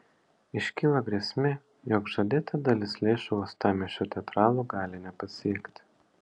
iškilo grėsmė jog žadėta dalis lėšų uostamiesčio teatralų gali nepasiekti